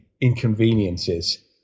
inconveniences